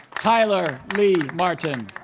tyler leigh martin